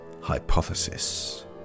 Hypothesis